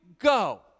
Go